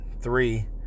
three